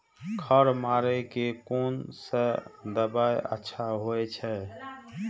खर मारे के कोन से दवाई अच्छा होय छे?